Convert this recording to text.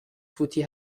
فوتی